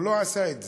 הוא לא עשה את זה.